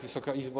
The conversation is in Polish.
Wysoka Izbo!